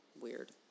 weird